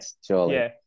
surely